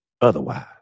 otherwise